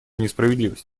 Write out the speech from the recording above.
несправедливость